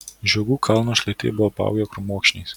žiogų kalno šlaitai buvo apaugę krūmokšniais